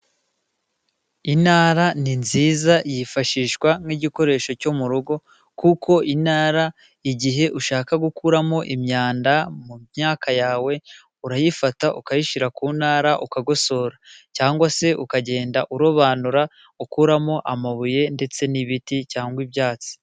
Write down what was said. Intara ni nziza yifashishwa nk'igikoresho cyo mu rugo kuko intara igihe ushaka gukuramo imyanda mu myaka yawe, urayifata ukayishyira ku ntara ukagosora cyangwa se ukagenda urobanura ukuramo amabuye ndetse n'ibiti cyangwa ibyatsi.